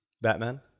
Batman